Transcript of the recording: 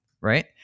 right